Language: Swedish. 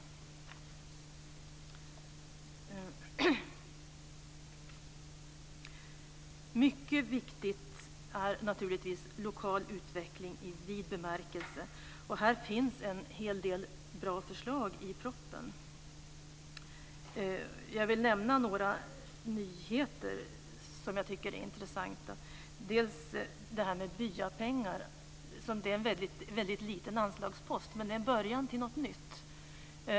Lokal utveckling i vid bemärkelse är naturligtvis mycket viktigt. Här finns en hel del bra förslag i propositionen. Jag vill nämna några nyheter som jag tycker är intressanta. Det gäller bl.a. detta med byapengar. Det är en väldigt liten anslagspost, men det är en början till något nytt.